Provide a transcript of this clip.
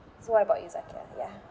so what about you zakiah yeah